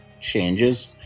changes